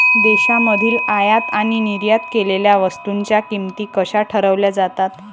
देशांमधील आयात आणि निर्यात केलेल्या वस्तूंच्या किमती कशा ठरवल्या जातात?